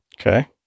Okay